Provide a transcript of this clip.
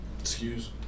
Excuse